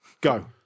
go